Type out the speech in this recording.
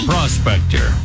Prospector